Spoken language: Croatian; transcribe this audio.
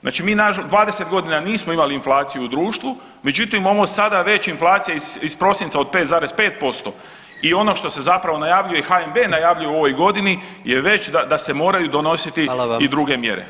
Znači mi 20 godina nismo imali inflaciju u društvu, međutim ovo sad već inflacija iz prosinca od 5,5% i ono što se zapravo najavljuje HNB najavljuje u ovoj godini je već da se moraju donositi i druge mjere.